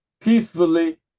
peacefully